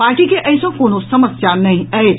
party के एहि सँ कोनो समस्या नहि अछि